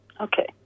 Okay